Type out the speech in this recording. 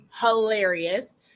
hilarious